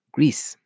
Greece